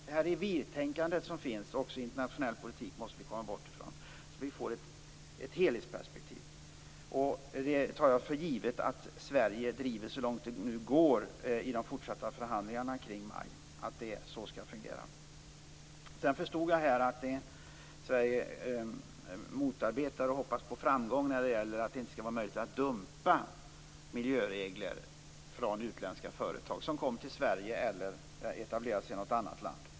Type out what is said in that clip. Det revirtänkande som finns också i internationell politik måste vi komma bort ifrån, så att vi får ett helhetsperspektiv. Jag tar för givet att Sverige driver detta så långt det är möjligt i de fortsatta förhandlingarna kring MAI. Sedan förstod jag att Sverige hoppas på framgång när det gäller att det inte skall vara möjligt för utländska företag att dumpa miljöregler när de kommer till Sverige eller etablerar sig i något annat land.